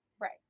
Right